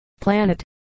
planet